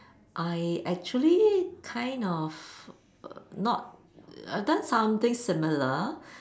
I actually kind of not err I've done something similar